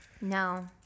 No